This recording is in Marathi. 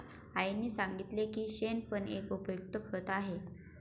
आईने सांगितले की शेण पण एक उपयुक्त खत आहे